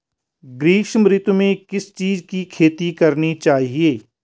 ग्रीष्म ऋतु में किस चीज़ की खेती करनी चाहिये?